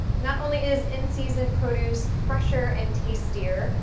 not only is in-season produce fresher and tastier,